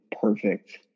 perfect